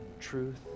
truth